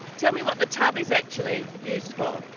tell me what the tub is actually used for?